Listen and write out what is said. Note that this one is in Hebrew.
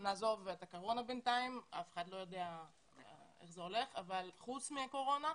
בינתיים נעזוב את הקורונה אבל חוץ מהקורונה,